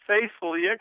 faithfully